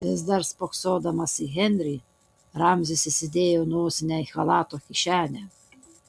vis dar spoksodamas į henrį ramzis įsidėjo nosinę į chalato kišenę